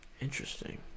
Interesting